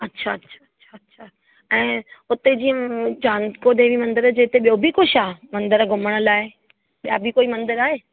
अच्छा अच्छा अच्छा अच्छा ऐं हुते जीअं चांदको देवी मंदरु जे हिते ॿियो बि कुझु आहे मंदरु घुमण लाइ ॿिया बि कोई मंदरु आहे